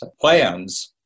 plans